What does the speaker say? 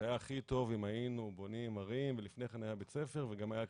שהיה הכי טוב אם היינו בונים ערים ולפני כן היה בית ספר וגם היה כביש.